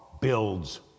builds